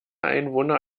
einwohner